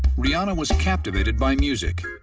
rihanna was captivated by music.